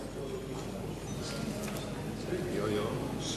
לרשותך, אדוני, שלוש